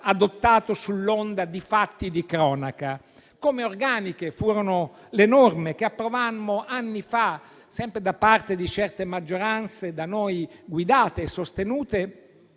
adottato sull'onda di fatti di cronaca. Ugualmente organiche furono le norme approvate anni fa, sempre da parte di certe maggioranze da noi guidate e sostenute,